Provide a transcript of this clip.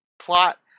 Plot